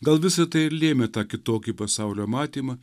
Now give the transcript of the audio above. gal visa tai ir lėmė tą kitokį pasaulio matymą